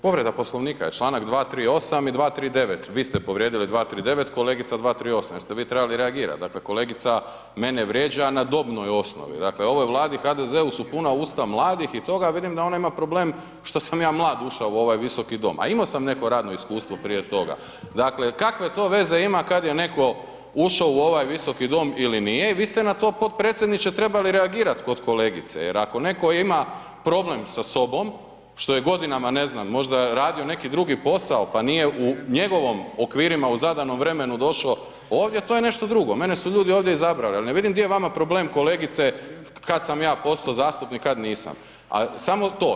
Povreda Poslovnika je čl. 238. i 239., vi ste povrijedili 239., kolegica 238. jer ste vi trebali reagirat, dakle kolegica mene vrijeđa, a na dobnoj osnovi, dakle ovoj Vladi i HDZ-u su puna usta mladih i toga, vidim da ona ima problem što sam ja mlad ušao u ovaj visoki dom, a imo sam neko radno iskustvo prije toga, dakle kakve to veze ima kad je neko ušo u ovaj visoki dom ili nije i vi ste na to potpredsjedniče trebali reagirat kod kolegice jer ako neko ima problem sa sobom što je godinama, ne znam možda radio neki drugi posao, pa nije u njegovom okvirima u zadanom vremenu došao ovdje, to je nešto drugo, mene su ljudi ovdje izabrali, al ne vidim di je vama problem kolegice kad sam ja postao zastupnik, kad nisam, a samo to.